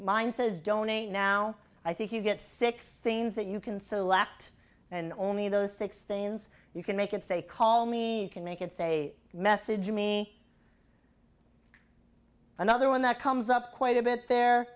mine says donate now i think you get six things that you can select and only those six things you can make it say call me can make it say message me another one that comes up quite a bit there